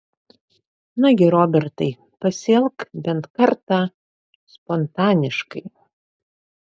nagi robertai pasielk bent kartą spontaniškai